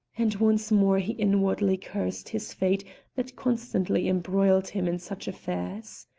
and once more he inwardly cursed his fate that constantly embroiled him in such affairs.